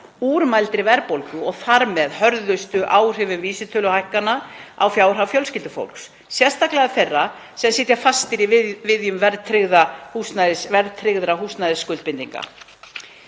úr mældri verðbólgu og þar með hörðustu áhrifum vísitöluhækkana á fjárhag fjölskyldufólks, sérstaklega þeirra sem sitja fastir í viðjum verðtryggðra húsnæðisskuldbindinga.“